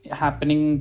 happening